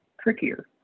trickier